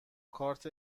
کارت